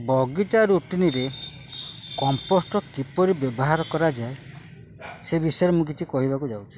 ବଗିଚା ରୁଟିନ୍ରେ କମ୍ପୋଷ୍ଟ କିପରି ବ୍ୟବହାର କରାଯାଏ ସେ ବିଷୟରେ ମୁଁ କିଛି କହିବାକୁ ଯାଉଛି